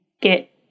get